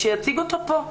שיציג אותו פה.